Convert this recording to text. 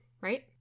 right